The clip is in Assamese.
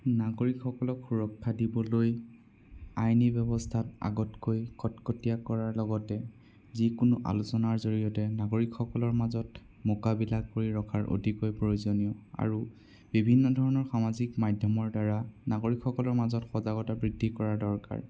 নাগৰিকসকলক সুৰক্ষা দিবলৈ আইনী ব্যৱস্থা আগতকৈ কটকটীয়া কৰাৰ লগতে যিকোনো আলোচনাৰ জৰিয়তে নাগৰিকসকলৰ মাজত মোকাবিলা কৰি ৰখাৰ অতিকৈ প্ৰয়োজনীয় আৰু বিভিন্ন ধৰণৰ সামাজিক মাধ্যমৰ দ্বাৰা নাগৰিকসকলৰ মাজত সজাগতা বৃদ্ধি কৰাৰ দৰকাৰ